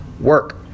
Work